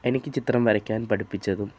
എനിക്ക് ചിത്രം വരയ്ക്കാൻ പഠിപ്പിച്ചതും